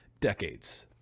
decades